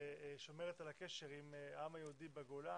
ושומרת על הקשר עם העם היהודי בגולה